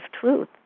truth